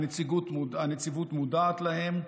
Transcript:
הנציבות מודעת להן.